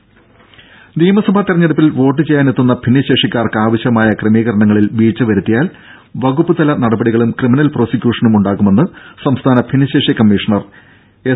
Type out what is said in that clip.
ടെടി നിയമസഭാ തിരഞ്ഞെടുപ്പിൽ വോട്ടുചെയ്യാനെത്തുന്ന ഭിന്നശേഷിക്കാർക്ക് ആവശ്യമായ ക്രമീകരണങ്ങളിൽ വീഴ്ച വരുത്തിയാൽ വകുപ്പു തല നടപടികളും ക്രിമിനൽ പ്രോസിക്യൂഷനും ഉണ്ടാകുമെന്ന് സംസ്ഥാന ഭിന്നശേഷി കമ്മീഷണർ എസ്